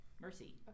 Mercy